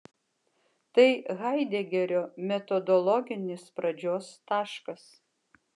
tai haidegerio metodologinis pradžios taškas